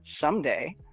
someday